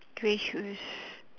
grey shoes